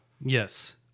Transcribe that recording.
Yes